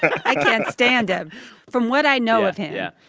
i can't stand him from what i know of him yeah,